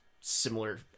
similar